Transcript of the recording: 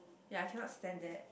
ya I cannot stand that